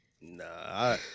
Nah